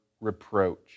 reproach